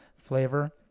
flavor